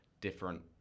different